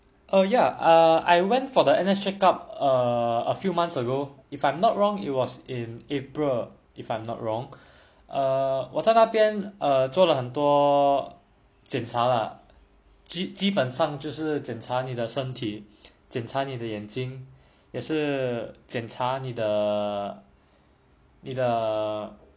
oh ya err I went for the N_S check up uh a few months ago if I'm not wrong it was in april if I'm not wrong err 我在那边哦做了很多检查啦基基本上就是检查你的身体检查你的眼睛也是检查你的你的